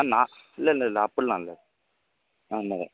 ஆ நான் இல்லை இல்லை இல்லை அப்படிலாம் இல்லை நார்மலா தான் இருக்கும்